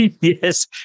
Yes